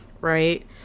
Right